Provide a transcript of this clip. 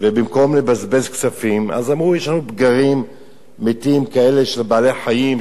ובמקום לבזבז כספים אמרו: יש לנו פגרים מתים כאלה של בעלי-חיים,